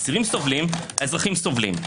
האסירים סובלים, האזרחים סובלים.